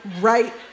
right